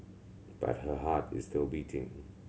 but her heart is still beating